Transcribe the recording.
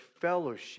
fellowship